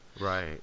Right